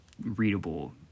readable